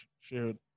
shoot